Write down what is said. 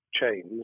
chains